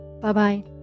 Bye-bye